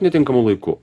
netinkamu laiku